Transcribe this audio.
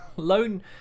loan